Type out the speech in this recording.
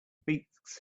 beats